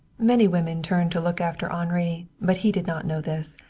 many women turned to look after henri, but he did not know this.